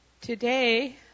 Today